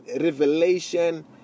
revelation